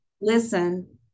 listen